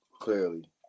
clearly